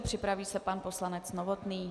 Připraví se pan poslanec Novotný.